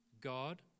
God